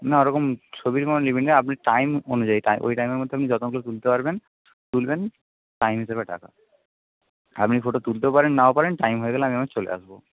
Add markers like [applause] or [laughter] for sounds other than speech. না ওরকম ছবির কোন লিমিট নেই আপনি টাইম অনুযায়ী ওই টাইমের মধ্যে আপনি যতগুলো তুলতে পারবেন তুলবেন টাইম হিসেবে টাকা আর আপনি ফটো তুলতেও পারেন নাও পারেন টাইম হয়ে গেলে আমি [unintelligible] চলে আসবো